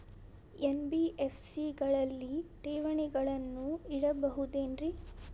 NBFC ಗಳಲ್ಲಿ ಠೇವಣಿಗಳನ್ನು ಇಡಬಹುದೇನ್ರಿ?